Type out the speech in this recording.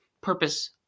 purpose